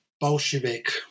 Bolshevik